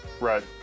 Right